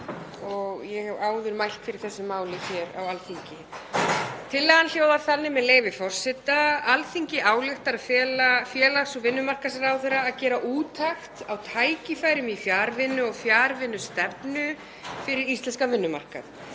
og ég hef áður mælt fyrir þessu máli hér á Alþingi. Tillagan hljóðar þannig: Alþingi ályktar að fela félags- og vinnumarkaðsráðherra að gera úttekt á tækifærum í fjarvinnu og fjarvinnustefnu fyrir íslenskan vinnumarkað.